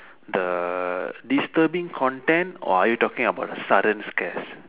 the disturbing content or are you talking about the sudden scares